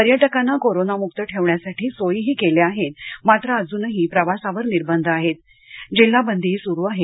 पर्यटकांना कोरोनामुक्त ठेवण्यासाठी सोयीही ही केल्या आहेत मात्रअजूनही प्रवासावर निर्बंध आहेत जिल्हाबंदीही सुरू आहे